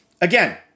Again